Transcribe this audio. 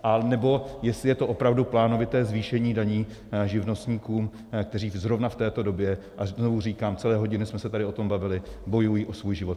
Anebo jestli je to opravdu plánovité zvýšení daní živnostníkům, kteří zrovna v této době a znovu říkám, celé hodiny jsme se tady o tom bavili bojují o svůj život.